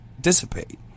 dissipate